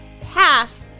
past